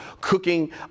cooking